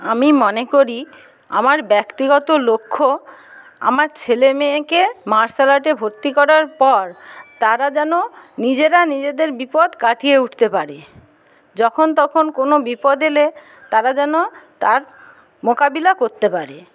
আমি মনে করি আমার ব্যক্তিগত লক্ষ্য আমার ছেলেমেয়েকে মার্শাল আর্টে ভর্তি করার পর তারা যেন নিজেরা নিজেদের বিপদ কাটিয়ে উঠতে পারে যখন তখন কোনো বিপদ এলে তারা যেন তার মোকাবিলা করতে পারে